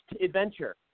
adventure